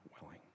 willing